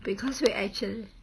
because we're actual~